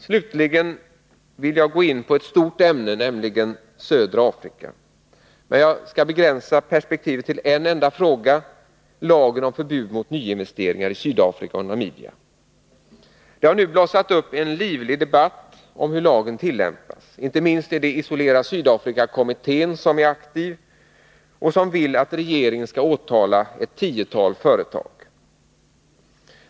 Slutligen vill jag gå in på ett stort ämne, nämligen Södra Afrika. Men jag skall begränsa perspektivet till en enda fråga, lagen om förbud mot nyinvesteringar i Sydafrika och Namibia. Det har blossat upp en livlig debatt om hur lagen tillämpas. Inte minst är det Isolera Sydafrika-kommittén som är aktiv och vill att regeringen skall åtala ett tiotal företag.